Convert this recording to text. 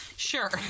sure